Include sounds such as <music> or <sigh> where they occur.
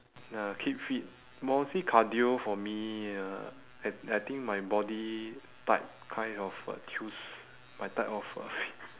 uh keep fit mostly cardio for me uh I I think my body type kind of uh my type of uh <noise>